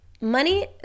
money